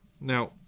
Now